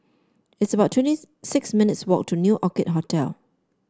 it's about twenty six minutes' walk to New Orchid Hotel